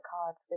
cards